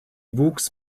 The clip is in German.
wuchs